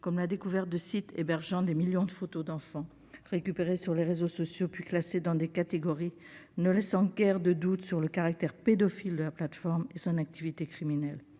comme la découverte de sites hébergeant des millions de photos d'enfants, récupérées sur les réseaux sociaux puis classées dans des catégories ne laissant guère de doutes sur le caractère pédophile de la plateforme et son activité criminelle.